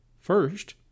First